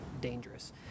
dangerous